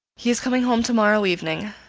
he is coming home tomorrow evening.